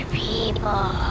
people